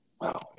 Wow